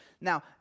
now